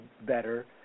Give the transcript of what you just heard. better